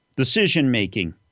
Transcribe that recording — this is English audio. Decision-making